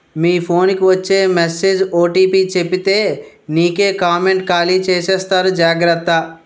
మీ phone కి వచ్చే message OTP చెప్పితే నీకే కామెంటు ఖాళీ చేసేస్తారు జాగ్రత్త